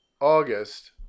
August